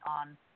on